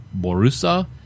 Borussia